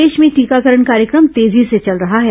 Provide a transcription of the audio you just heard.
देश में टीकाकरण कार्यक्रम तेजी से चल रहा है